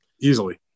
Easily